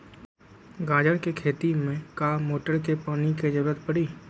गाजर के खेती में का मोटर के पानी के ज़रूरत परी?